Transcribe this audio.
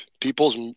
People's